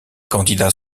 candidats